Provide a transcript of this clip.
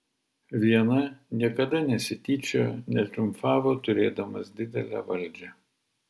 viena niekada nesityčiojo netriumfavo turėdamas didelę valdžią